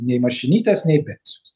nei mašinytės nei pensijos